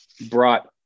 brought